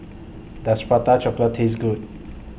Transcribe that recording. Does Prata Chocolate Taste Good